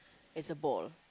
is a ball